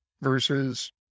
versus